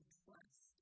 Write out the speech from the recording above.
trust